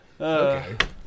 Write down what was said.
Okay